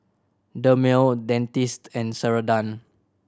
Dermale Dentiste and Ceradan